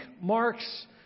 marks